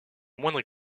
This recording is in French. moindre